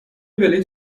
بلیط